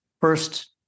first